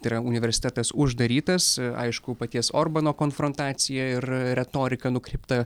tai yra universitetas uždarytas aišku paties orbano konfrontacija ir retorika nukreipta